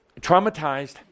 traumatized